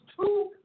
two